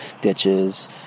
ditches